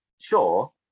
sure